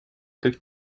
как